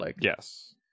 Yes